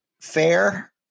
fair